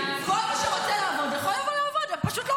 כל מי שרוצה לעבוד יכול לבוא לעבוד.